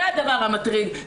זה הדבר המטריד.